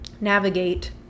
navigate